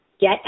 get